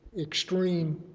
extreme